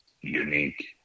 unique